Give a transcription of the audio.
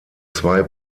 zwei